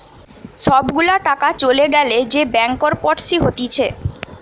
সব গুলা টাকা চলে গ্যালে যে ব্যাংকরপটসি হতিছে